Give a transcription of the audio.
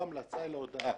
היא לא המלצה אלא היא הודעה.